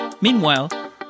Meanwhile